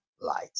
light